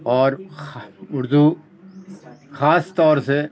اور اردو خاص طور سے